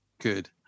Good